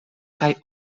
kaj